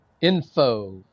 Info